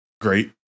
Great